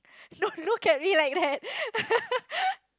don't look at me like that